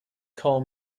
call